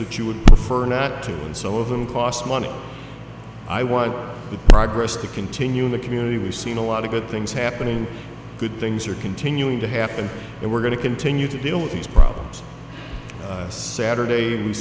that you would prefer not to and some of them cost money i want the progress to continue in the community we've seen a lot of good things happening good things are continuing to happen and we're going to continue to deal with these problems saturday we